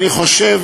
אני חושב